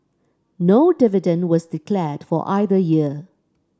no dividend was declared for either year